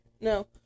No